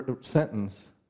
sentence